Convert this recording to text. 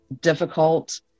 difficult